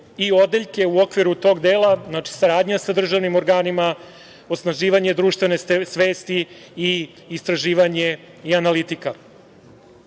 i odeljke u okviru toga dela – saradnja sa državnim organima, osnaživanje društvene svesti i istraživanje i analitika. Prosto